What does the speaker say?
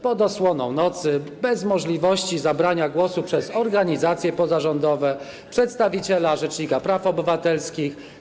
Pod osłoną nocy, bez możliwości zabrania głosu przez organizacje pozarządowe i przedstawiciela rzecznika praw obywatelskich.